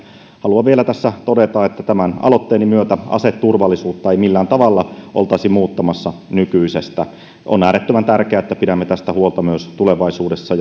haluan vielä tässä todeta että tämän aloitteeni myötä aseturvallisuutta ei millään tavalla oltaisi muuttamassa nykyisestä on äärettömän tärkeää että pidämme tästä huolta myös tulevaisuudessa